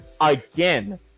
again